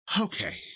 okay